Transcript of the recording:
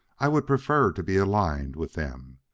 i would prefer to be aligned with them.